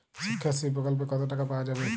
শিক্ষাশ্রী প্রকল্পে কতো টাকা পাওয়া যাবে?